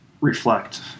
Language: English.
reflect